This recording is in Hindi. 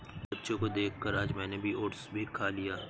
बच्चों को देखकर आज मैंने भी ओट्स खा लिया